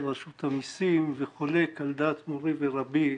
רשות המסים וחולק על דעת מורי ורבי פרופ'